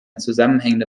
zusammenhängende